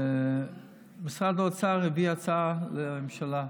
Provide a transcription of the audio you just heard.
משרד האוצר הביא הצעה לממשלה,